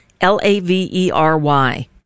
L-A-V-E-R-Y